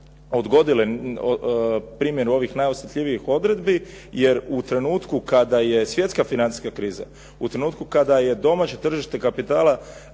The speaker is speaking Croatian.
odgodile, primjer ovih najosjetljivijih odredbi, jer u trenutku kada je svjetska financijska kriza, u trenutku kada je domaće tržište kapitala